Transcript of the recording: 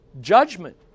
judgment